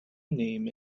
name